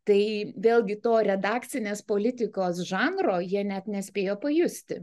tai vėlgi to redakcinės politikos žanro jie net nespėjo pajusti